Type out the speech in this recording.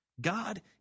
God